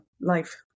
life